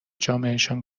جامعهشان